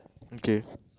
okay